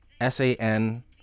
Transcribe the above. S-A-N